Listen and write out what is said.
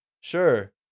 Sure